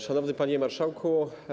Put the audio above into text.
Szanowny Panie Marszałku!